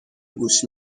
گوش